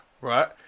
right